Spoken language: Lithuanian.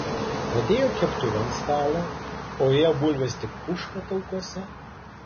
padėjo keptuvę ant stalo o joje bulvės tik puška taukuose